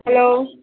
hello